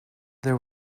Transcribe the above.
there